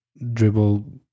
Dribble